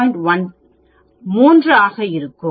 1 3 ஆக இருக்கும்